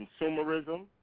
consumerism